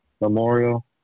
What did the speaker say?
Memorial